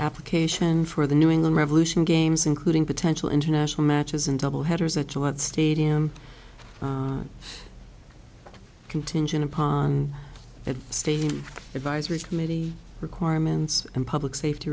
application for the new england revolution games including potential international matches and double headers that's what stadium contingent upon the state advisory committee requirements and public safety